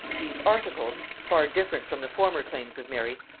these articles, far different from the former claims of mary,